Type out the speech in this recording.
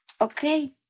okay